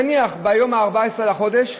נניח, ביום ה-14 בחודש,